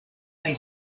kaj